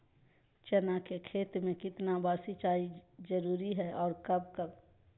चना के खेत में कितना बार सिंचाई जरुरी है और कब कब?